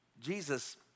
Jesus